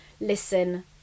listen